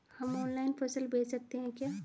हम ऑनलाइन फसल बेच सकते हैं क्या?